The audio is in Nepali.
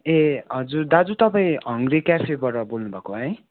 ए हजुर दाजु तपाईँ हङ्ग्री क्याफेबाट बोल्नु भएको है